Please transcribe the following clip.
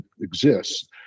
exists